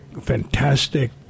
fantastic